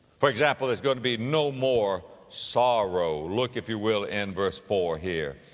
for example, there's going to be no more sorrow. look if you will in verse four here,